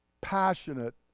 passionate